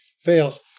Fails